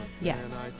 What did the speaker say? Yes